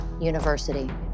University